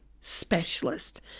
specialist